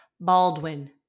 Baldwin